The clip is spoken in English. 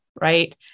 right